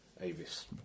Avis